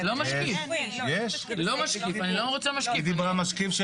אני לא רוצה משקיף.